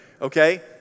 okay